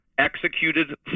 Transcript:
executed